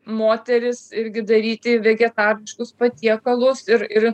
moteris irgi daryti vegetariškus patiekalus ir ir